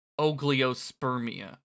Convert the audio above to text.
ogliospermia